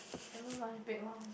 at most lunch break one